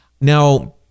Now